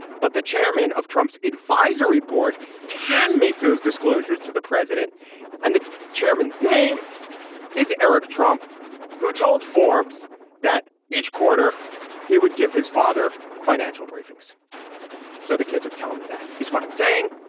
but the chairman of trump's advisory board can make those disclosures to the president and the chairman's name is eric trump who told forbes that each quarter he would give his father financial briefings so the kids are telling the dad is what i'm saying.